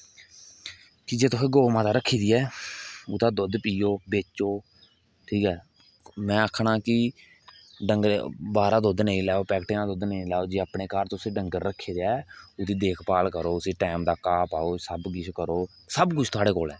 जेकर तुस गो माता रक्खी दी ऐ ओहदा दुद्ध पिओ बेचो ठीकऐ में आक्खना कि डंगर बाहरा दुद्ध नेईं लैओ जेकर अपने घार तुस डंगर रखगे ते ओहदी देखभाल करो उसी टेंम टेंम दा घाह् पाओ ते सब किश करो सब कुछ थुहाड़े कोल ऐ